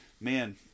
Man